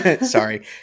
Sorry